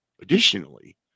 Additionally